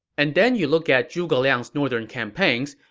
and then you look at zhuge liang's northern campaigns.